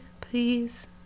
please